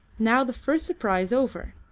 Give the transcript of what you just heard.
now, the first surprise over,